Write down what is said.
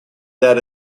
that